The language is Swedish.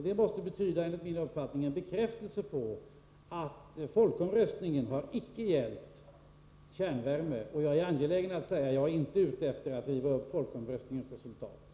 Det måste enligt min mening betyda en bekräftelse på att folkomröstningen inte gällde kärnvärme, och jag upprepar vad jag sade: Jag är inte ute efter att riva upp folkomröstningsresultatet.